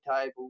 table